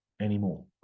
anymore